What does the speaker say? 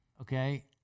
okay